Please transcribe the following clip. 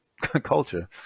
culture